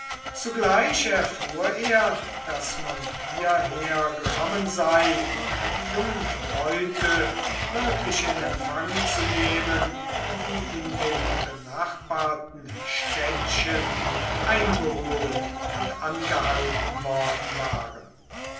zugleich erfuhr er daß man hierher gekommen sei die jungen leute wirklich in empfang zu nehmen die in dem benachbarten städtchen eingeholt und angehalten worden waren